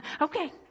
Okay